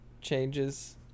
changes